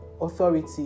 authority